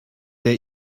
der